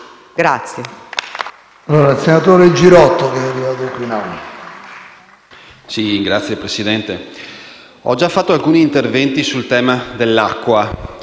ho già fatto alcuni interventi sul tema dell'acqua